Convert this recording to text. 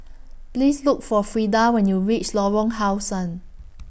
Please Look For Frida when YOU REACH Lorong How Sun